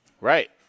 Right